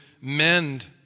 mend